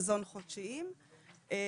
חודשיים.